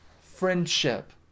friendship